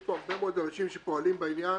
יש פה הרבה מאוד אנשים שפועלים בעניין.